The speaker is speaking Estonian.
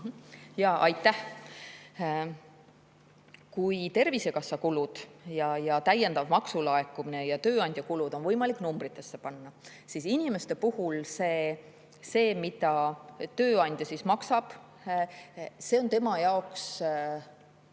Aitäh! Kui Tervisekassa kulud ja täiendav maksulaekumine ja tööandja kulud on võimalik numbritesse panna, siis inimese puhul see, mida tööandja maksab, on tema jaoks